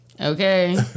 Okay